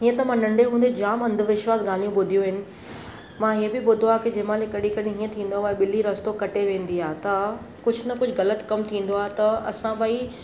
हीअं त मां नंढे हूंदे जामु अंधविश्वासु ॻाल्हियूं ॿुधियूं आहिनि मां हे बि ॿुधो आहे के जंहिं महिल कॾहिं कॾहिं हीअं थींदो आहे ॿिली रस्तो कटे वेंदी आहे त कुझु न कुझु ग़लति कमु थींदो आहे त असां भई